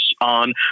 on